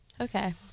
Okay